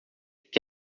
que